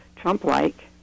Trump-like